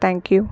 thank you